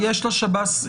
לא.